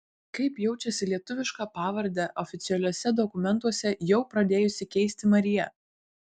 kaip jaučiasi lietuvišką pavardę oficialiuose dokumentuose jau pradėjusi keisti marija